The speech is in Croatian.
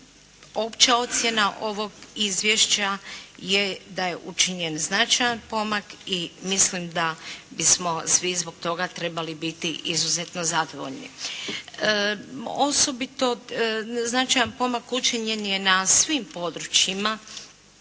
opća ocjena ovog izvješća je da je učinjen značajan pomak i mislim da bismo svi zbog toga trebali biti izuzetno zadovoljni. Osobito značajan pomak učinjen je na svim područjima